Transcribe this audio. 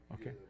okay